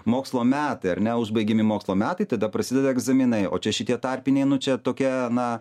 mokslo metai ar ne užbaigiami mokslo metai tada prasideda egzaminai o čia šitie tarpiniai nu čia tokia na